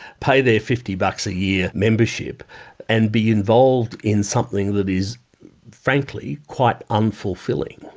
pay their fifty bucks a year membership and be involved in something that is frankly quite unfulfilling.